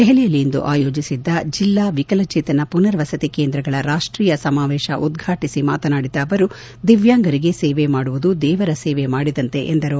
ದೆಹಲಿಯಲ್ಲಿಂದು ಆಯೋಜಿಸಿದ್ದ ಜಿಲ್ಲಾ ವಿಕಲಚೇತನ ಪುನರ್ ವಸತಿ ಕೇಂದ್ರಗಳ ರಾಷ್ಟೀಯ ಸಮಾವೇಶ ಉದ್ವಾಟಿಸಿ ಮಾತನಾಡಿದ ಅವರು ದಿವ್ಲಾಂಗರಿಗೆ ಸೇವೆ ಮಾಡುವುದು ದೇವರ ಸೇವೆ ಮಾಡಿದಂತೆ ಎಂದರು